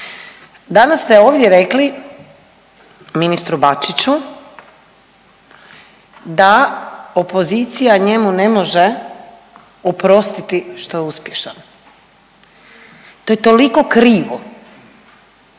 Danas ste ovdje rekli ministru Bačiću da opozicija njemu ne može oprostiti što je uspješan. To je toliko krivo,